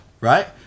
right